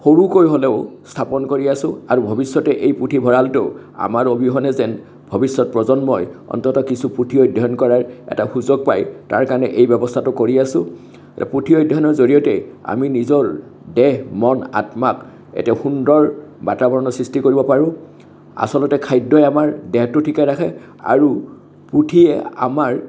সৰুকৈ হ'লেও স্থাপন কৰি আছো আৰু ভৱিষ্যতে এই পুথিভঁৰালটো আমাৰ অবিহনে যেন ভৱিষ্যত প্ৰজন্মই অন্তত কিছু পুথি অধ্যয়ন কৰাৰ এটা সুযোগ পায় তাৰ কাৰণে এই ব্যৱস্থাটো কৰি আছো পুথি অধ্যয়নৰ জৰিয়তে আমি নিজৰ দেহ মন আত্মাক এটি সুন্দৰ বাতাবৰণৰ সৃষ্টি কৰিব পাৰো আচলতে খাদ্যই আমাৰ দেহটো ঠিকে ৰাখে আৰু পুথিয়ে আমাৰ